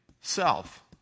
self